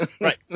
right